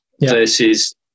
versus